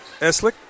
Eslick